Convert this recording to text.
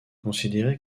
considéré